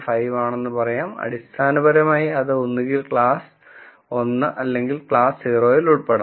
5 ആണെന്ന് പറയാം അടിസ്ഥാനപരമായി അത് ഒന്നുകിൽ ക്ലാസ് 1 അല്ലെങ്കിൽ ക്ലാസ് 0 ൽ ഉൾപ്പെടാം